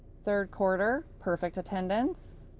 third quarter perfect attendance,